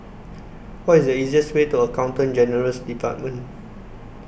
What IS The easiest Way to Accountant General's department